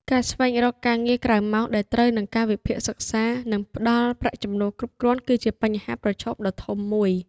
ការស្វែងរកការងារក្រៅម៉ោងដែលត្រូវនឹងកាលវិភាគសិក្សា និងផ្តល់ប្រាក់ចំណូលគ្រប់គ្រាន់ គឺជាបញ្ហាប្រឈមដ៏ធំមួយ។